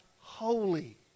holy